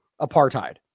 apartheid